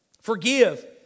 Forgive